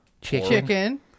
chicken